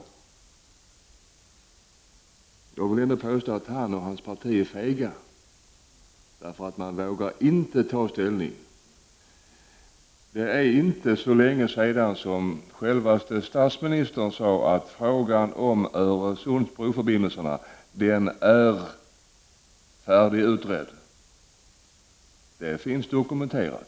Jag vill ändå påstå att han och hans parti är fega, därför att de inte vågar ta ställning. Det är inte så länge sedan som självaste statsministern sade att frågan om Öresundsbroförbindelserna är färdigutredd. Det finns dokumenterat.